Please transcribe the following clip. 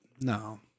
no